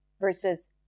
versus